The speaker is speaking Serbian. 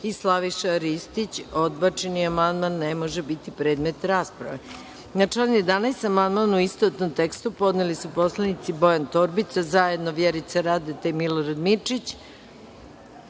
amandman, a odbačeni amandmani ne mogu biti predmet rasprave. Na član 11. amandman, u istovetnom tekstu, podneli su poslanici Bojan Torbica, zajedno Vjerica Radeta i Milorad Mirčić,